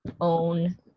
own